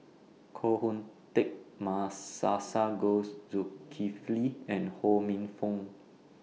Koh Hoon Teck Zulkifli and Ho Minfong